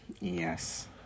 Yes